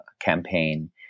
campaign